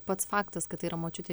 pats faktas kad yra močiutė